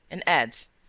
and adds,